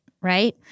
right